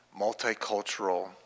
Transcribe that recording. multicultural